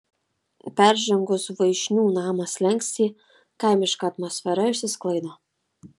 peržengus voišnių namo slenkstį kaimiška atmosfera išsisklaido